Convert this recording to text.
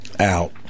out